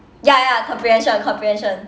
ya ya ya comprehension comprehension